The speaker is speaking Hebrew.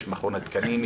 יש מכון התקנים,